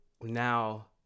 now